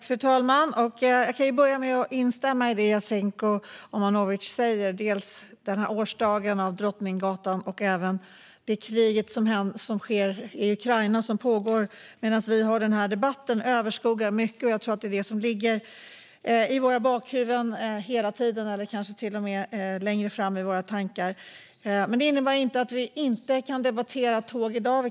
Fru talman! Jag börjar med att instämma i det som Jasenko Omanovic sa dels om årsdagen av dådet på Drottninggatan, dels om kriget i Ukraina. Det pågår medan vi har den här debatten, och det överskuggar mycket. Jag tror att det hela tiden ligger i bakhuvudet eller kanske till och med längre fram i våra tankar. Men det innebär inte att vi inte kan debattera tåg i dag.